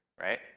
right